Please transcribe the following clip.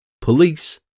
Police